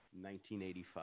1985